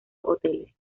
hoteles